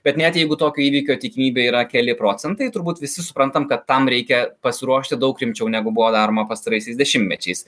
bet net jeigu tokio įvykio tikimybė yra keli procentai turbūt visi suprantam kad tam reikia pasiruošti daug rimčiau negu buvo daroma pastaraisiais dešimtmečiais